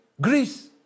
Greece